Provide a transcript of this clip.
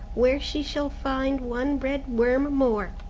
where she shall find one red worm more.